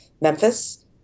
Memphis